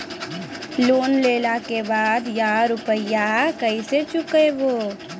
Loan लेला के बाद या रुपिया केसे चुकायाबो?